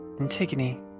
Antigone